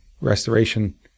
Restoration